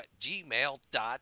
gmail.com